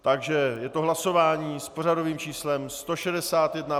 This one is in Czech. Takže je to hlasování s pořadovým číslem 161.